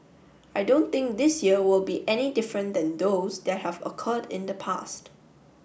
I don't think this year will be any different than those that have occurred in the past